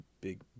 big